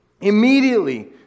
immediately